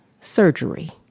surgery